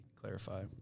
clarify